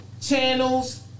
channels